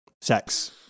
Sex